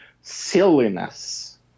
silliness